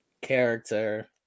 character